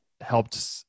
helped